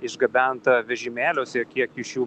išgabenta vežimėliuose kiek iš jų